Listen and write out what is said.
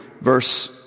verse